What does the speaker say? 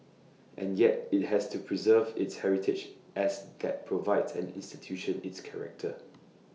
and yet IT has to preserve its heritage as that provides an institution its character